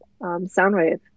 Soundwave